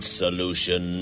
solution